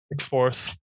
fourth